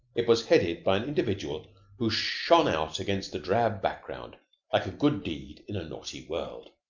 it was headed by an individual who shone out against the drab background like a good deed in a naughty world.